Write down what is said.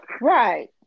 Right